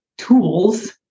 Tools